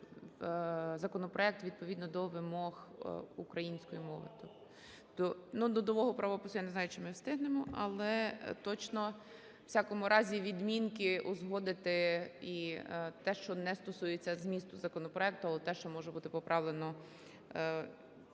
законопроект відповідно до вимог української мови. (Шум у залі) Ну до нового правопису я не знаю, чи ми встигнемо, але точно у всякому разі відмінки узгодити і те, що не стосується змісту законопроекту, але те, що може бути поправлено